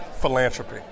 Philanthropy